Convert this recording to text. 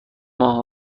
ماه